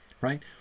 right